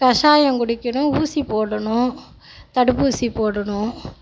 கஷாயம் குடிக்கணும் ஊசி போடணும் தடுப்பூசி போடணும்